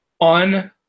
on